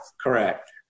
Correct